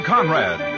Conrad